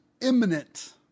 imminent